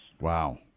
Wow